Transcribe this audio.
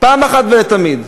פעם אחת ולתמיד,